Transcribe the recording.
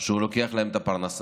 שהם לוקחים להם את הפרנסה.